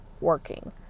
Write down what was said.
working